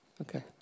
Okay